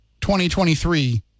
2023